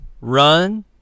Run